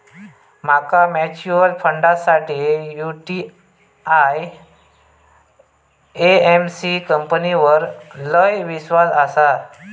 माका म्यूचुअल फंडासाठी UTI AMC कंपनीवर लय ईश्वास आसा